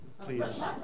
please